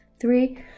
Three